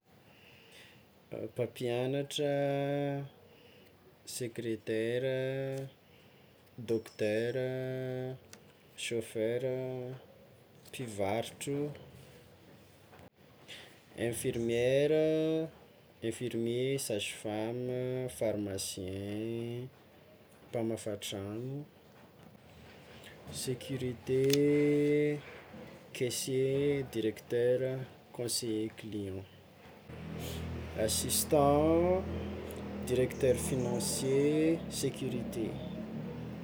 Mpampianatra, secretaire, docteura, chauffeur, mpivarotro, infirmiera, infirmier, sage femme, pharmacien, mpamafa trano, securité, caissier, directeur, conseiller client, assistant, directeur financier, securité.